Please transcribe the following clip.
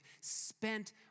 spent